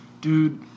Dude